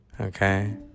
Okay